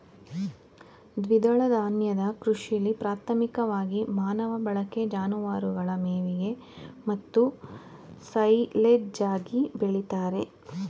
ದ್ವಿದಳ ಧಾನ್ಯನ ಕೃಷಿಲಿ ಪ್ರಾಥಮಿಕವಾಗಿ ಮಾನವ ಬಳಕೆ ಜಾನುವಾರುಗಳ ಮೇವಿಗೆ ಮತ್ತು ಸೈಲೆಜ್ಗಾಗಿ ಬೆಳಿತಾರೆ